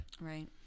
right